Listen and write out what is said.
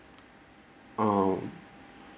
um